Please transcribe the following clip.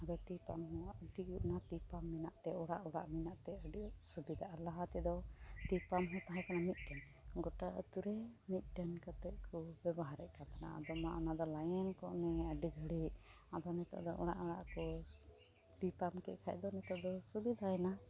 ᱟᱫᱚ ᱛᱤ ᱯᱟᱢᱯ ᱦᱮᱱᱟᱜ ᱛᱮᱜᱮ ᱚᱱᱟ ᱛᱤ ᱯᱟᱢᱯ ᱢᱮᱱᱟᱜᱛᱮ ᱚᱲᱟᱜ ᱚᱲᱟᱜ ᱢᱮᱱᱟᱜᱛᱮ ᱟᱹᱰᱤ ᱥᱩᱵᱤᱫᱷᱟ ᱟᱨ ᱞᱟᱦᱟ ᱛᱮᱫᱚ ᱛᱤ ᱯᱟᱢᱯ ᱛᱟᱦᱮᱸᱠᱟᱱᱟ ᱢᱤᱫᱴᱮᱱ ᱜᱚᱴᱟ ᱟᱛᱳᱨᱮᱱ ᱢᱤᱫᱴᱮᱱ ᱠᱟᱛᱮᱫ ᱠᱚ ᱵᱮᱵᱚᱦᱟᱨᱮᱫ ᱠᱟᱱ ᱛᱮᱦᱮᱱᱟ ᱟᱫᱚ ᱚᱱᱟ ᱚᱱᱟᱫᱚ ᱞᱟᱭᱤᱱ ᱠᱚᱜ ᱢᱮ ᱟᱹᱰᱤ ᱜᱷᱟᱲᱤᱡ ᱟᱫᱚ ᱱᱮᱛᱟᱨᱫᱚ ᱚᱲᱟᱜ ᱚᱲᱟᱜᱠᱚ ᱛᱤ ᱯᱟᱢᱯᱠᱮᱫ ᱠᱷᱟᱡᱫᱚ ᱱᱤᱛᱚᱜᱫᱚ ᱥᱩᱵᱤᱫᱷᱟᱭᱮᱱᱟ